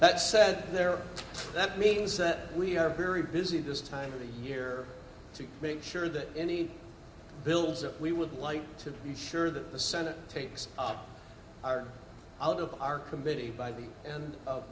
that said there that means that we are very busy this time of the year to make sure that any bills that we would like to be sure that the senate takes up out of our committee by the end of